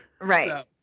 Right